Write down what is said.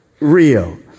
Real